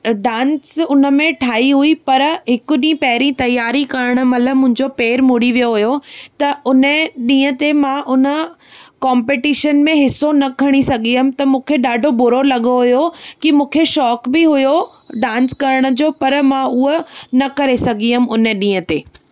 dance उन में ठाही हुई पर हिकु ॾींहुं पहिरीं तयारी करणु महिल मुंहिजो पेर मुड़ी वियो हुओ त उन ॾींहं ते मां उन कंपटीशन में हिसो न खणी सघियमि त मूंखे ॾाढो बुरो लॻो हुओ की मूंखे शौक़ु बि हुओ डांस करण जो पर मां उहो न करे सघी हुअमि उन ॾींहं ते